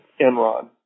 Enron